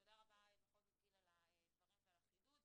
תודה רבה בכל זאת, גיל, על הדברים ועל החידוד.